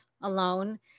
alone